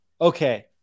okay